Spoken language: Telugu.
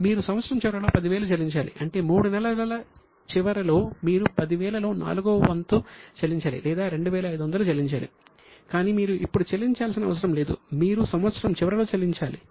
మీరు సంవత్సరం చివరిలో 10000 చెల్లించాలి అంటే 3 నెలల చివరిలో మీరు 10000 లో నాలుగవ వంతు చెల్లించాలి లేదా 2500 చెల్లించాలి కానీ మీరు ఇప్పుడు చెల్లించాల్సిన అవసరం లేదు మీరు సంవత్సరం చివరిలో చెల్లించాలి